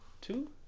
Two